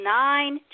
nine